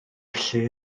lle